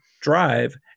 drive